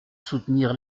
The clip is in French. soutenir